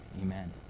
amen